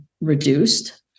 reduced